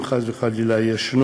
אם חס וחלילה יש,